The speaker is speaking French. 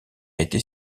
été